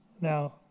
Now